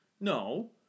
No